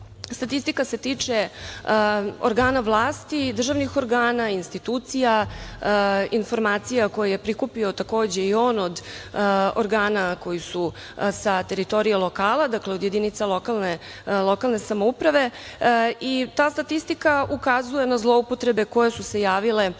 Statistika se tiče organa vlasti, državnih organa, institucija, informacija koje je prikupio, takođe, i on od organa koji sa teritorije lokala, dakle od jedinica lokalne samouprave. Ta statistika ukazuje na zloupotrebe koje su se javile